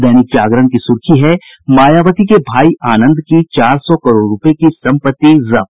दैनिक जागरण की सुर्खी है मायावती के भाई आनंद की चार सौ करोड़ रूपये की संपत्ति जब्त